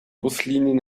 buslinien